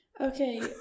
okay